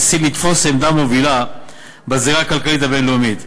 סין לתפוס עמדה מובילה בזירה הכלכלית הבין-לאומית,